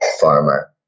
farmer